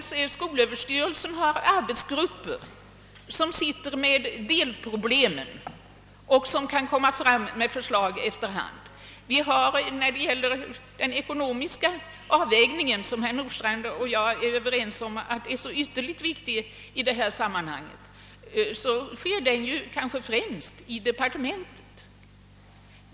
Skolöverstyrelsen har arbetsgrupper som sysslar med delproblemen och som efter hand kan framlägga förslag. Den ekonomiska avvägningen, som herr Nordstranidh och jag är överens om är så ytterligt viktig i detta sammanhang, sker kanske främst i departementet.